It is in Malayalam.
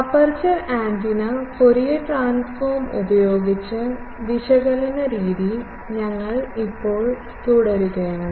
അപ്പേർച്ചർ ആന്റിന ഫൂറിയർ ട്രാൻസ്ഫോo ഉപയോഗിച്ച് വിശകലന രീതി ഞങ്ങൾ ഇപ്പോഴും തുടരുകയാണ്